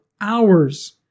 hours